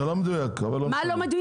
זה לא מדויק, אבל לא משנה מה לא מדויק?